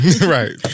right